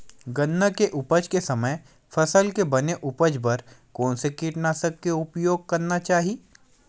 गन्ना के उपज के समय फसल के बने उपज बर कोन से कीटनाशक के उपयोग करना चाहि?